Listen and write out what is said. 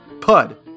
Pud